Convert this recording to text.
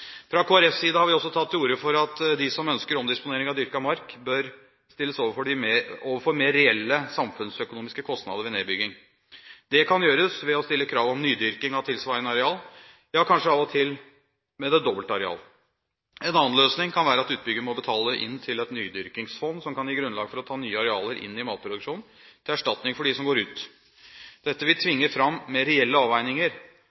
Fra Kristelig Folkepartis side har vi også tatt til orde for at de som ønsker omdisponering av dyrket mark, bør stilles overfor mer reelle samfunnsøkonomiske kostnader ved nedbygging. Det kan gjøres ved å stille krav om nydyrking av tilsvarende areal, ja kanskje av og til det dobbelte areal. En annen løsning kan være at utbygger må betale inn til et nydyrkingsfond som kan gi grunnlag for å ta nye arealer inn i matproduksjonen til erstatning for dem som går ut. Dette vil